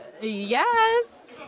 yes